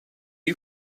you